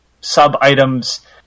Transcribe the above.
sub-items